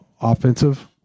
offensive